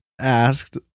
Asked